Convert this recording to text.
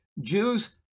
Jews